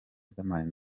riderman